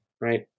right